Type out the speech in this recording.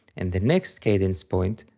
and the next cadence point,